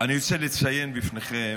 לציין בפניכם